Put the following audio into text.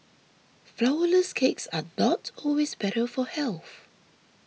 Flourless Cakes are not always better for health